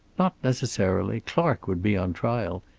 not necessarily. clark would be on trial.